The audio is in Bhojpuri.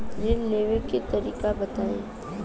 ऋण लेवे के तरीका बताई?